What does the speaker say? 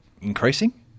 increasing